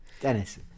Dennis